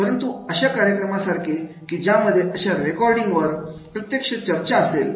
परंतु अशा कार्यक्रमा सारखे की ज्या मध्ये अशा विशिष्ट रेकॉर्डिंग वर प्रत्यक्ष चर्चा असेल